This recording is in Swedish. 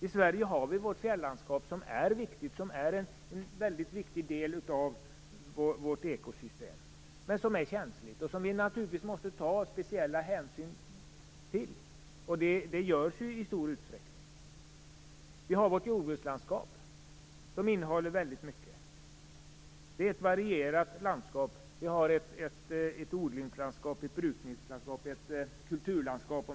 I Sverige har vi vårt fjällandskap som är en viktig del av vårt ekosystem, men som är känsligt. Vi måste naturligtvis ta speciell hänsyn till det, vilket också görs i stor utsträckning. Vi har också vårt jordbrukslandskap som innehåller mycket. Det är ett varierat landskap - ett odlingslandskap, ett brukningslandskap, ett kulturlandskap.